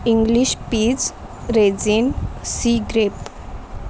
English peas raisin sea grape